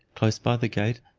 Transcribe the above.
close by the gate,